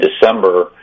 December